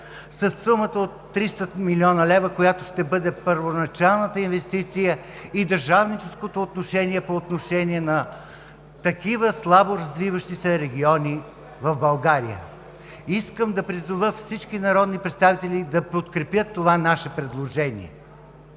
със сумата от 300 млн. лв., която ще бъде първоначалната инвестиция, и държавническото отношение по отношение на такива слабо развиващи се региони в България. Искам да призова всички народни представители да подкрепят това наше предложение